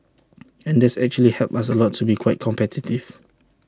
and that's actually helped us to be quite competitive